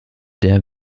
der